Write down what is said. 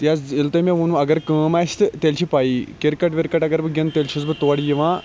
ییٚلہِ تۄہہِ مےٚ ووٚنو اَگَر کٲم آسہِ تہٕ تیٚلہِ چھِ پَیی کِرکَٹ وِرکَٹ اَگَر بہٕ گِنٛدٕ تیٚلہِ چھُس بہٕ تورٕ یِوان